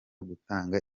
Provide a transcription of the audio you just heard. gutanga